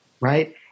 Right